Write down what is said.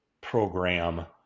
program